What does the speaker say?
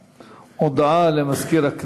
הודעה לסגן מזכירת הכנסת.